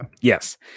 Yes